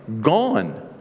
gone